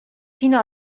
fino